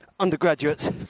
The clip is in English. Undergraduates